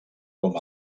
com